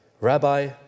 Rabbi